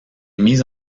mis